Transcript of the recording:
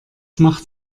macht